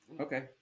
okay